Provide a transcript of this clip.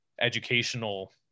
educational